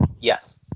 yes